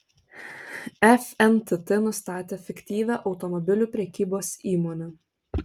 fntt nustatė fiktyvią automobilių prekybos įmonę